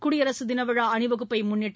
குடியரசுதின விழா அணிவகுப்பை முன்னிட்டு